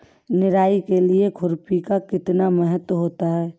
निराई के लिए खुरपी का कितना महत्व होता है?